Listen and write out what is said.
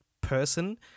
person